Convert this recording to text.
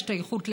השתייכות לגזע,